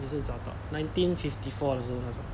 也是找到 nineteen fifty four 的时候